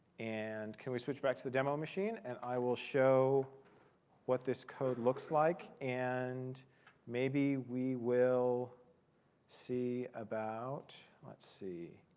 and can we switch back to the demo machine? and i will show what this code looks like. and maybe we will see about let's see,